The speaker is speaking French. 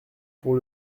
pour